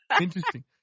interesting